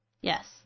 yes